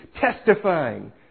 testifying